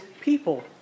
people